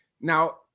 now